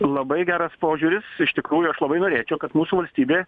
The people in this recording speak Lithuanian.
labai geras požiūris iš tikrųjų aš labai norėčiau kad mūsų valstybė